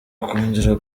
kongera